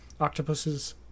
Octopuses